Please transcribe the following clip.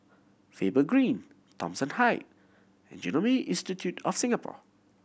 Faber Green Thomson Height Genome Institute of Singapore